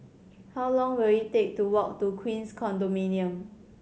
how long will it take to walk to Queens Condominium